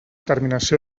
terminació